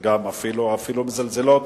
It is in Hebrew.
אפילו מזלזלות